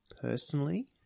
personally